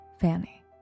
Fanny